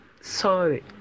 Sorry